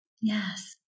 Yes